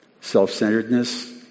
self-centeredness